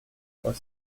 trois